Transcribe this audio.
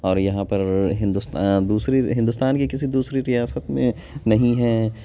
اور یہاں پر ہندوستاں دوسری ہندوستان کی کسی دوسری ریاست میں نہیں ہے